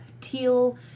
teal